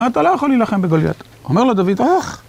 אתה לא יכול להילחם בגוליית, אומר לו דוד